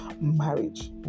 marriage